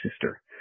sister